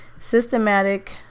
systematic